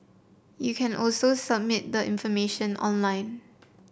you can also submit the information online